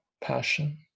passion